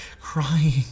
Crying